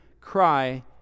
cry